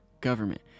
government